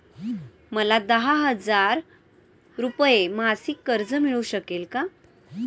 मला दहा हजार रुपये मासिक कर्ज मिळू शकेल का?